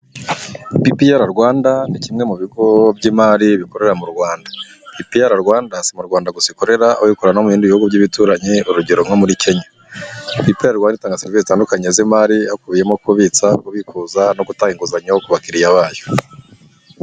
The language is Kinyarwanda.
BPR Rwanda ni kimwe mu bigo by'imari bikorera mu Rwanda. BPR Rwanda si mu Rwanda gusa ikorera, ahubwo ikorera no mu bindi bihugu by'ibituranyi, urugero nko muri Kenya. BPR Rwanda itanga serivise zitandukanye z'imari hakubiyemo kubitsa, kubikuza no gutanga inguzanyo ku bakiriya bayo.